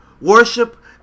worship